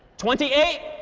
twenty eight?